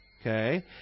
okay